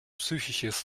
psychisches